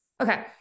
Okay